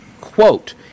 quote